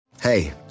Hey